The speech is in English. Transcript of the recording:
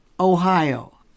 Ohio